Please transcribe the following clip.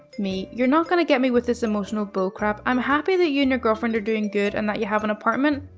me, you're not gonna get me with this emotional bull crap. i'm happy that you and your girlfriend are doing good and that you have an apartment,